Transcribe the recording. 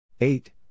eight